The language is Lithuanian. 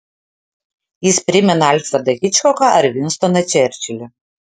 jis primena alfredą hičkoką ar vinstoną čerčilį